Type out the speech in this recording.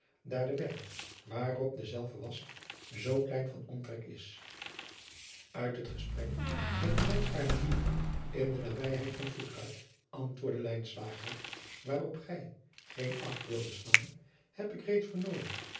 daar de berg waarop dezelve wast zoo klein van omtrek is it het gesprek met den wijngaardenier in de nabijheid van tuttgard antwoordde waarop gij geen acht wilde slaan heb ik reeds vernomen